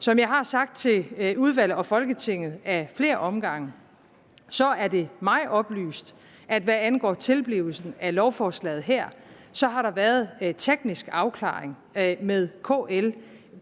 Som jeg har sagt til udvalget og Folketinget ad flere omgange, er det mig oplyst, at hvad angår tilblivelsen af lovforslaget her, har der været teknisk afklaring med KL